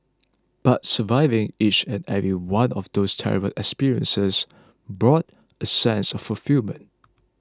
but surviving each and every one of those terrible experiences brought a sense of fulfilment